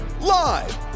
live